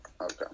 Okay